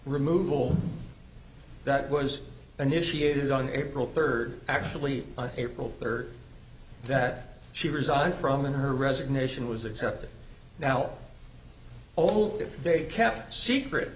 removal that was initiated on april third actually april third that she resigned from her resignation was accepted now all they kept secret